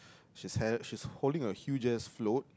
she hair she holding a huge jet float